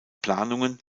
planungen